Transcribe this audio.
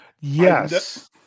yes